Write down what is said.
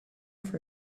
for